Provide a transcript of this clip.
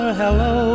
hello